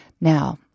Now